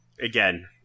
again